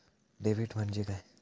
Debit म्हणजे काय?